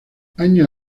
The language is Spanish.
años